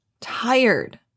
tired